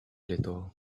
little